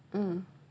um